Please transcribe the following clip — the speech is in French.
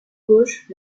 gauche